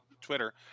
Twitter